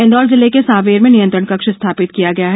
इन्दौर जिले के सांवेर में नियंत्रण कक्ष स्थापित किया गया है